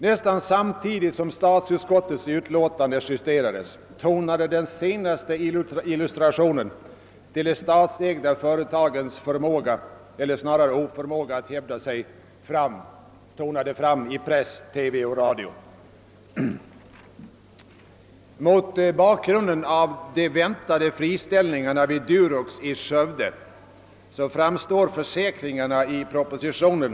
Nästan samtidigt som statsutskottets utlåtande justerades tonade den senaste illustrationen till de statsägda företagens förmåga eller snarare oförmåga att hävda sig fram i press, radio och TV. Det är mot bakgrunden av de väntade friställningarna i Durox i Skövde som man skall läsa försäkringarna i propositionen.